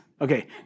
Okay